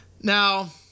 Now